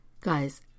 guys